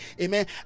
amen